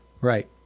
Right